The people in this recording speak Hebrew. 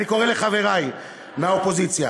אני קורא לחברי מהאופוזיציה,